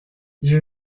j’ai